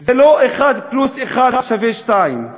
זה לא אחת פלוס אחת שווה שתיים.